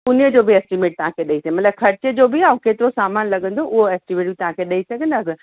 उन जो बि एस्टीमेट तव्हांखे ॾेई मतिलबु ख़र्च जो बि ऐं केतिरो सामान लॻंदो उहो एस्टीमेट बि तव्हांखे ॾई सघंदासीं